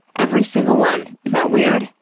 every single one. is that weird?